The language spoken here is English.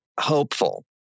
hopeful